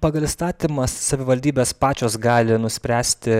pagal įstatymą savivaldybės pačios gali nuspręsti